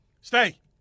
Stay